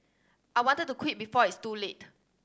I wanted to quit before it's too late